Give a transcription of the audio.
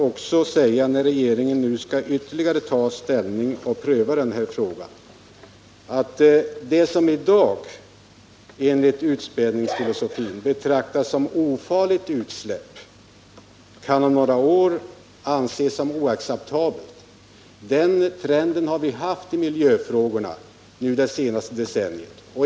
Eftersom regeringen nu skall ytterligare pröva den här frågan vill jag i detta sammanhang säga att det som i dag enligt utspädningsfilosofin är ofarligt utsläpp om några år kan betraktas som oacceptabelt. Den trenden har vi haft i miljöfrågorna under det senaste decenniet.